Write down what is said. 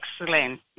excellent